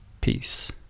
Peace